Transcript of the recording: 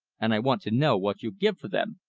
and i want to know what you'll give for them.